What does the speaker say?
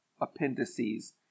appendices